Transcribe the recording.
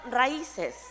raíces